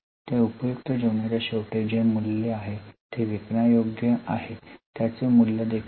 त्या उपयुक्त जीवनाच्या शेवटी जे मूल्य आहे जे विकण्यायोग्य आहे त्याचे मूल्य देखील आहे